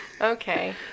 Okay